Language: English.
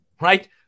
right